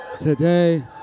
today